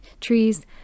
trees